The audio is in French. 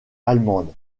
allemande